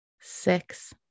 six